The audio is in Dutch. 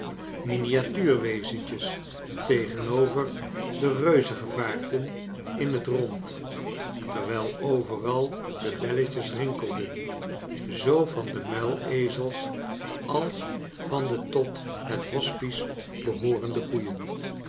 zichtbaar miniatuurwezentjes tegenover de reuzengevaarten in het rond terwijl overal de belletjes rinkelden zoo van de muilezels als van de tot het hospice behoorende koeien